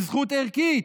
היא זכות ערכית.